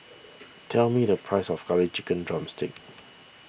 tell me the price of Curry Chicken Drumstick